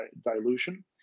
dilution